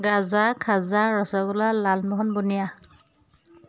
গাজা খাজা ৰসগোলা লালমোহন বুনিয়া